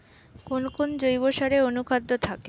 কোন কোন জৈব সারে অনুখাদ্য থাকে?